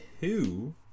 two